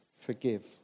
forgive